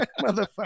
Motherfucker